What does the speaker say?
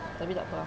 tapi takpe ah